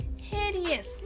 hideous